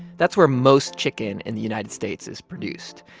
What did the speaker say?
that's where most chicken in the united states is produced.